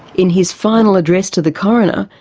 in his final address to the coroner,